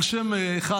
על שם אחד,